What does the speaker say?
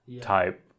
type